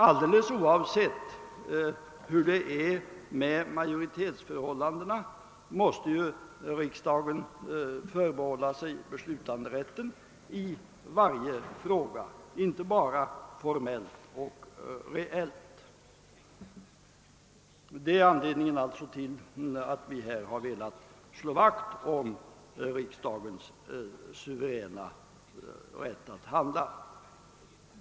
Alldeles oavsett hur det är med majoritetsförhållandena måste ju riksdagen förbehålla sig beslutanderätten i varje fråga inte bara formellt utan reellt. Det är anledningen till att vi härvidlag har velat slå vakt om riksdagens suveräna rätt att handla.